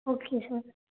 okay sir